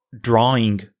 drawing